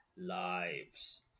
Lives